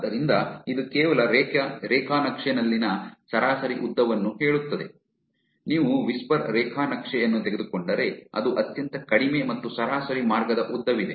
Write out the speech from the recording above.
ಆದ್ದರಿಂದ ಇದು ಕೇವಲ ರೇಖಾ ನಕ್ಷೆನಲ್ಲಿನ ಸರಾಸರಿ ಉದ್ದವನ್ನು ಹೇಳುತ್ತದೆ ನೀವು ವಿಸ್ಪರ್ ರೇಖಾ ನಕ್ಷೆ ಅನ್ನು ತೆಗೆದುಕೊಂಡರೆ ಅದು ಅತ್ಯಂತ ಕಡಿಮೆ ಮತ್ತು ಸರಾಸರಿ ಮಾರ್ಗದ ಉದ್ದವಿದೆ